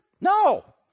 no